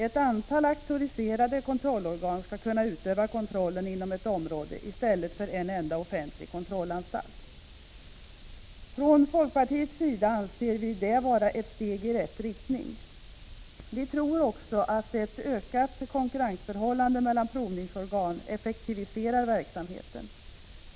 Ett antal auktoriserade kontrollorgan skall kunna utöva kontrollen inom ett område, i stället för en enda offentlig kontrollanstalt. Från folkpartiets sida anser vi det vara ett steg i rätt riktning. Vi tror också — Prot. 1985/86:54 att ett ökat konkurrensförhållande mellan provningsorgan effektiviserar 17 december 1985 verksamheten.